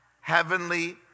Heavenly